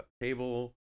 table